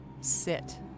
sit